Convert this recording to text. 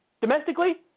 domestically